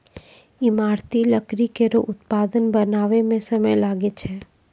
ईमारती लकड़ी केरो उत्पाद बनावै म समय लागै छै